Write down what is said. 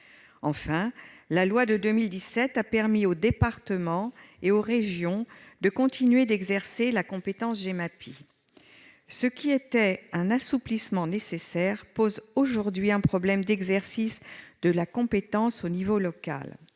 Enfin, la loi de 2017 a permis aux départements et aux régions de continuer d'exercer la compétence Gemapi. Ce qui était un assouplissement nécessaire pose aujourd'hui un problème d'exercice de la compétence au niveau local.